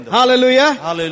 hallelujah